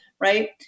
right